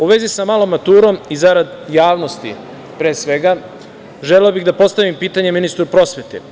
U vezi sa malom maturom i zarad javnost, pre svega, želeo bih da postavim pitanje ministru prosvete.